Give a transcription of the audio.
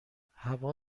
هوا